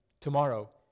Tomorrow